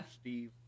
Steve